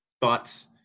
thoughts